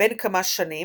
בן כמה שנים,